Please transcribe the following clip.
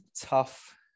tough